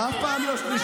אחרי, אף פעם לא שלישית.